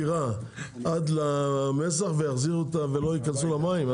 הסירה עד למזח ויחזירו אותה ולא ייכנסו למים?